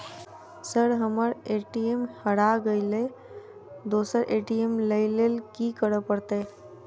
Sir हम्मर ATM हरा गइलए दोसर लईलैल की करऽ परतै?